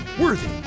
worthy